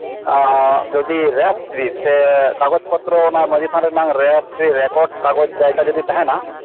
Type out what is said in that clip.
ᱡᱚᱫᱤ ᱨᱮᱥᱴᱨᱤ ᱥᱮ ᱠᱟᱜᱚᱡ ᱯᱚᱛᱨᱚ ᱚᱱᱟ ᱢᱟᱺᱡᱷᱤ ᱛᱷᱟᱱ ᱨᱮᱱᱟᱝ ᱨᱮᱥᱴᱨᱤ ᱨᱮᱠᱚᱴ ᱠᱟᱜᱚᱡ ᱡᱟᱭᱜᱟ ᱡᱚᱫᱤ ᱛᱟᱦᱮᱱᱟ